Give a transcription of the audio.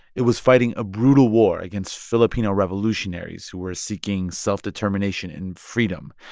it was fighting a brutal war against filipino revolutionaries who were seeking self-determination and freedom.